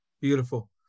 Beautiful